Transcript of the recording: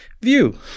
view